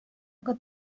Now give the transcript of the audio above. aga